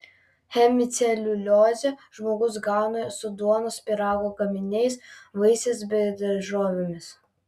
hemiceliuliozę žmogus gauna su duonos pyrago gaminiais vaisiais bei daržovėmis